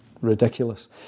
ridiculous